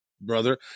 brother